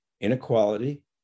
inequality